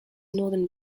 northern